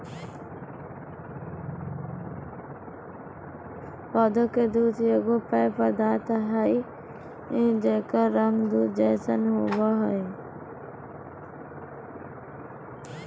पौधा के दूध एगो पेय पदार्थ हइ जेकर रंग दूध जैसन होबो हइ